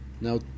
Now